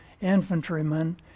infantrymen